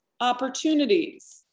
opportunities